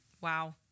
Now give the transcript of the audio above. Wow